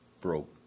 broke